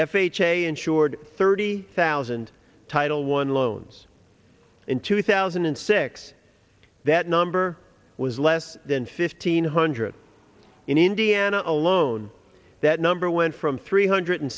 f h a insured thirty thousand title one loans in two thousand and six that number was less than fifteen hundred in indiana alone that number went from three hundred